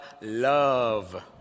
love